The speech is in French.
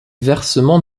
versements